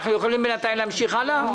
אנחנו יכולים בינתיים להמשיך הלאה?